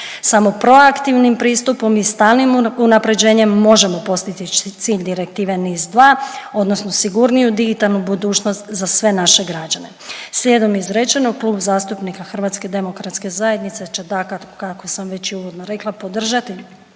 Samo proaktivnim pristupom i stalnim unaprjeđenjem možemo postići cilj Direktive NIS-2, odnosno sigurniju digitalnu budućnost za sve naše građane. Slijedom izrečenog, Klub zastupnika HDZ-a će, dakako kako sam već i uvodno rekla, podržati